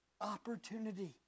Opportunity